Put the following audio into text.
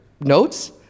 notes